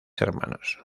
hermanos